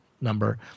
number